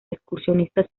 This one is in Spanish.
excursionistas